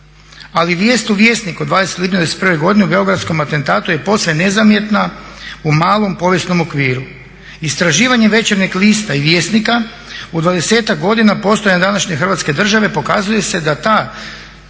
Ali vijest u Vjesniku od 20. lipnja '91. o Beogradskom atentatu je posve nezamjetna u malom povijesnom okviru. Istraživanje Večernjeg lista i Vjesnika u 20-ak godina postojanja današnje Hrvatske države pokazuje se da ta